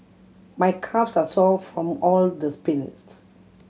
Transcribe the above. my calves are sore from all the sprints